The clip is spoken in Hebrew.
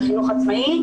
זה חינוך עצמאי,